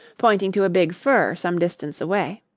pointing to a big fir some distance away.